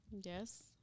Yes